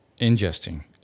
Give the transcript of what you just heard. ingesting